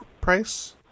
price